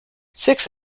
six